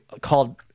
called